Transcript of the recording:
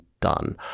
done